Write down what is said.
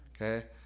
Okay